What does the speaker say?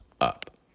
up